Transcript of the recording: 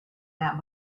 that